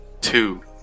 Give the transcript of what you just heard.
two